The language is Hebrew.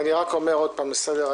אני רק אומר עוד פעם לסדר-היום.